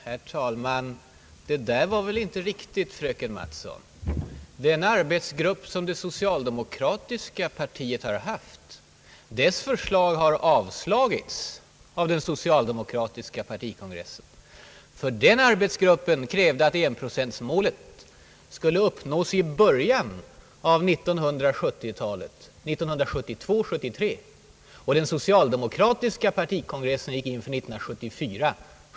Herr talman! Det där var inte riktigt, fröken Mattson. Förslaget från den arbetsgrupp, som det socialdemokratiska partiet har haft, avslogs av den socialdemokratiska partikongressen. Ty arbetsgruppen krävde att enprocentmålet skulle uppnås i början av 1970 talet, 1972 75.